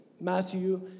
Matthew